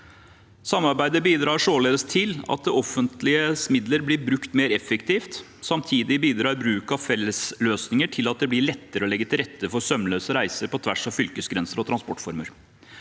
Samarbeidet bidrar således til at det offentliges midler blir brukt mer effektivt. Samtidig bidrar bruk av fellesløsninger til at det blir lettere å legge til rette for sømløse reiser på tvers av fylkesgrenser og transportformer.